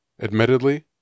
Admittedly